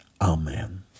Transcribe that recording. Amen